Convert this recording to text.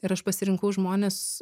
ir aš pasirinkau žmones